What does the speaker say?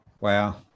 Wow